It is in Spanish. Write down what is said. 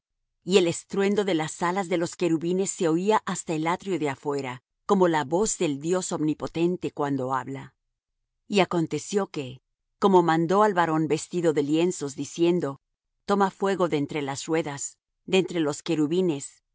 y el estruendo de las alas de los querubines se oía hasta el atrio de afuera como la voz del dios omnipotente cuando habla y aconteció que como mandó al varón vestido de lienzos diciendo toma fuego de entre las ruedas de entre los querubines